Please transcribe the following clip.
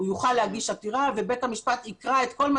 הוא יוכל להגיש עתירה ובית המשפט יקרא את כל מה